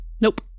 Nope